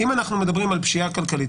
אם אנחנו מדברים על פשיעה כלכלית,